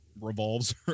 revolves